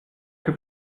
que